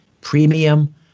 premium